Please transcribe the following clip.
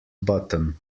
button